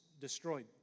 destroyed